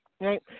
Right